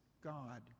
God